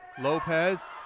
Lopez